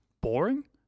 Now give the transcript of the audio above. boring